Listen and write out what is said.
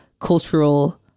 cultural